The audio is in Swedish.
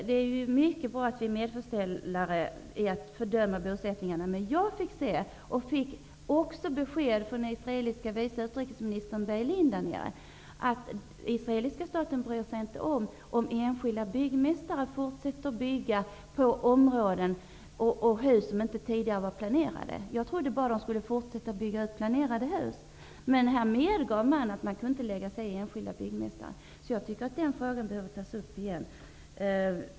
Det är mycket bra att vi är med när det gäller att fördöma bosättningarna, men jag fick av den israeliske vice utrikesministern besked om att den israeliska staten inte bryr sig om ifall enskilda byggmästare fortsätter att bygga hus som inte tidigare var planerade. Jag trodde att de bara skulle fortsätta att bygga planerade hus, men här medgav man att man inte kunde lägga sig i vad enskilda byggmästare gjorde. Jag tycker därför att den frågan behöver tas upp igen.